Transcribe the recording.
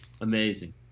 amazing